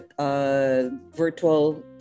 virtual